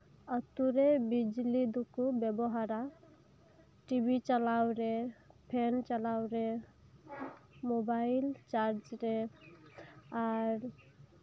ᱟᱹᱛᱩ ᱨᱮ ᱵᱤᱡᱽᱞᱤ ᱫᱚᱠᱚ ᱵᱮᱵᱚᱦᱟᱨᱟ ᱼ ᱴᱤᱵᱷᱤ ᱪᱟᱞᱟᱣ ᱨᱮ ᱯᱷᱮᱱ ᱪᱟᱞᱟᱣ ᱨᱮ ᱢᱳᱵᱟᱭᱤᱞ ᱪᱟᱨᱡ ᱨᱮ ᱟᱨ